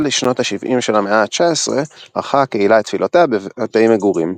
עד לשנות ה-70 של המאה ה-19 ערכה הקהילה את תפילותיה בבתי מגורים.